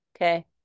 Okay